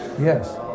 Yes